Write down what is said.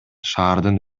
шаардын